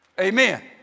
Amen